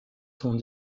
sont